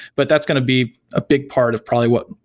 but that's going to be a big part of probably what,